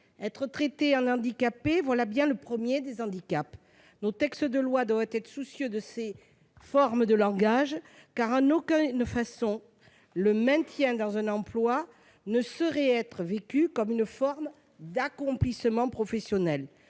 Être traité en handicapé, voilà bien le premier des handicaps ! Nos textes de loi doivent être soucieux de ces formules de langage : en aucune façon, le « maintien » dans un emploi ne saurait être vécu comme une forme d'accomplissement professionnel.